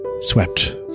swept